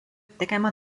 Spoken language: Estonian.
tegema